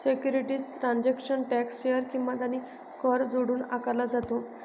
securities transaction tax share किंमत आणि कर जोडून आकारला जातो